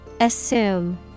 Assume